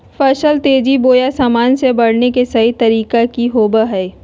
फसल तेजी बोया सामान्य से बढने के सहि तरीका कि होवय हैय?